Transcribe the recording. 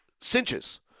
cinches